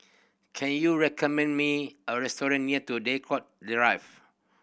can you recommend me a restaurant near to Draycott Drive